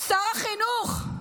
שר החינוך,